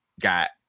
got